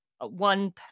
one